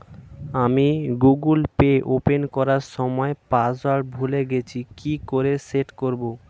আমি Google Pay open করার সময় পাসওয়ার্ড ভুলে গেছি কি করে সেট করব?